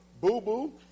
boo-boo